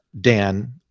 dan